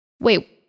Wait